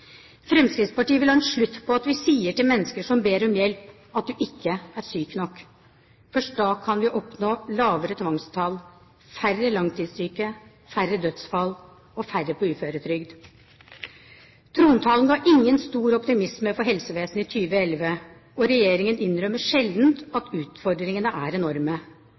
Fremskrittspartiet vil ha en slutt på at vi sier til mennesker som ber om hjelp, at du ikke er syk nok. Først da kan vi oppnå lavere tvangstall, færre langtidssyke, færre dødsfall og færre på uføretrygd. Trontalen ga ingen stor optimisme for helsevesenet i 2011, og regjeringen innrømmer sjelden at utfordringene er enorme.